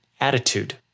attitude